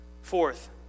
Fourth